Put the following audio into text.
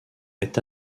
est